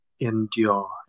endure